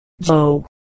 Joe